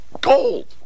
gold